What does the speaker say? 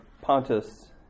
Pontus